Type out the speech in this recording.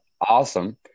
awesome